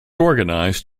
organized